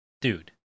Dude